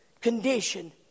condition